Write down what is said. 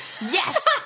Yes